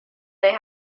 they